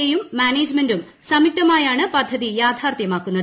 A യും മാനേജ്മെൻറും സംയുക്തമായാണ് പദ്ധതി യാഥാർത്ഥ്യമാക്കുന്നത്